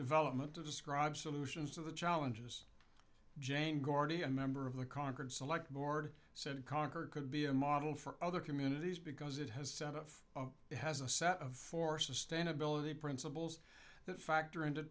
development to describe solutions of the challenges jane guardian member of the concord select board said concord could be a model for other communities because it has set of has a set of four sustainability principles that factor into